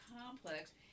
complex